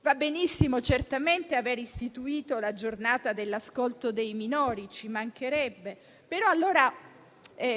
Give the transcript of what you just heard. Va benissimo, certamente, aver istituito la Giornata dell'ascolto dei minori, ci mancherebbe. Tuttavia, signora